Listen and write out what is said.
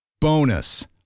Bonus